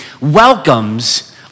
welcomes